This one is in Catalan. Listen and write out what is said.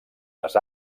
les